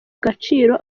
gaciro